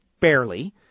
barely